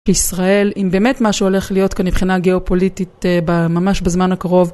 ישראל אם באמת משהו הולך להיות כאן מבחינה גיאופוליטית ממש בזמן הקרוב.